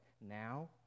Now